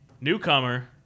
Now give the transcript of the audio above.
Newcomer